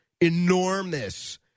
enormous